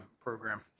program